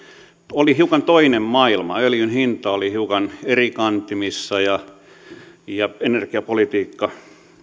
oli hiukan toinen maailma öljyn hinta oli hiukan eri kantimissa ja energiapolitiikka